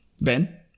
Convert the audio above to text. Ben